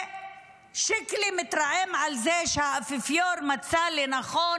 ושיקלי מתרעם על זה שהאפיפיור מצא לנכון